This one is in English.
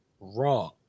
wrong